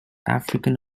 african